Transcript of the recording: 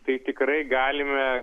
tai tikrai galime